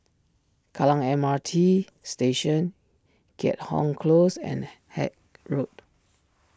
Kallang M R T Station Keat Hong Close and Haig Road